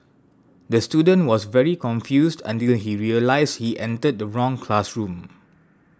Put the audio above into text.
the student was very confused until he realised he entered the wrong classroom